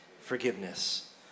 Forgiveness